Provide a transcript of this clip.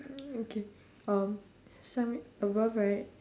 mm okay um some above right